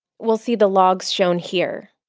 we'll see the logs shown here.